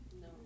No